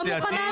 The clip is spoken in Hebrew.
לא,